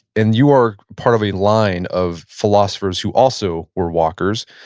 and you are part of a line of philosophers who also were walkers.